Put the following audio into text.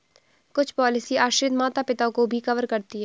कुछ पॉलिसी आश्रित माता पिता को भी कवर करती है